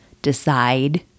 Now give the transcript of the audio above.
decide